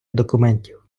документів